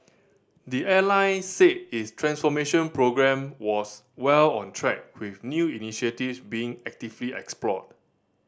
the airline said its transformation programme was well on track with new initiatives being actively explored